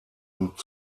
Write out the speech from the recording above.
und